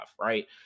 right